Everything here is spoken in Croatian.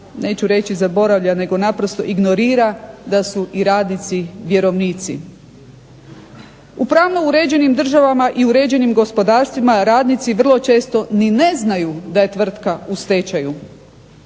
neću reći zaboravlja, nego naprosto ignorira da su i radnici vjerovnici. U pravno uređenim državama i uređenim gospodarstvima radnici vrlo često ni ne znaju da je tvrtka u stečaju